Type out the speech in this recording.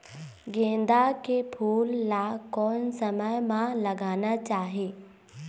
गेंदा के फूल ला कोन समय मा लगाना चाही?